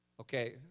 Okay